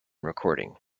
recording